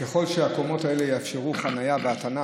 ככל שהקומות האלה יאפשרו חנייה והטענה